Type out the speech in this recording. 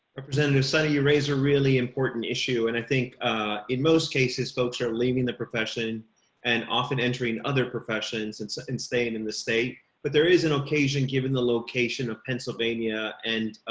then you suddenly you raise a really important issue and i think in most cases folks are leaving the profession and often entering other professions and so staying in the state. but there is an occasion, given the location of pennsylvania and